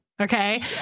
Okay